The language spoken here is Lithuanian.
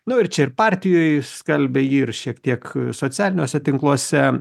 nu ir čia ir partijoj skalbė jį ir šiek tiek socialiniuose tinkluose